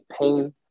pain